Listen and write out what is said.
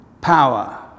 power